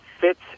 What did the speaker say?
fits